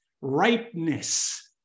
ripeness